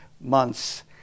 months